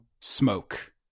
smoke